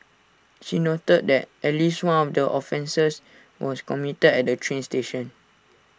she noted that at least one of the offences was committed at A train station